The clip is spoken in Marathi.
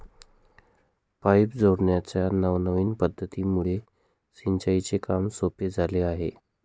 पाईप जोडण्याच्या नवनविन पध्दतीमुळे सिंचनाचे काम सोपे झाले आहे